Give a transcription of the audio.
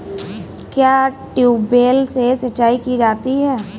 क्या ट्यूबवेल से सिंचाई की जाती है?